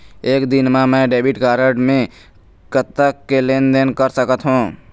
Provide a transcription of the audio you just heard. एक दिन मा मैं डेबिट कारड मे कतक के लेन देन कर सकत हो?